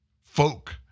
Folk